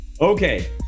Okay